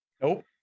Nope